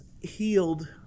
healed